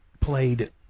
played